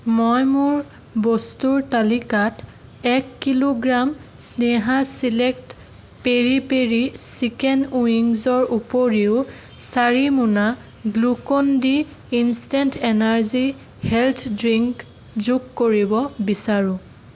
মই মোৰ বস্তুৰ তালিকাত এক kilogram Sneha select peri peri chicken উইংছৰ উপৰিও চাৰি মোনা Glucon D instant energy health drink যোগ কৰিব বিচাৰো